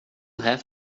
have